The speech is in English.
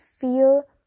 feel